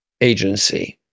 agency